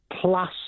plus